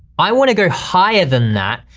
i wanna go higher than that,